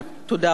תודה רבה.